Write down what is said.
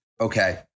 okay